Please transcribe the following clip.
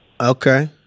Okay